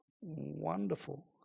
wonderful